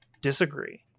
Disagree